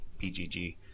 PGG